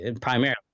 primarily